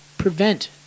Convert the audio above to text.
prevent